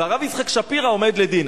והרב יצחק שפירא עומד לדין.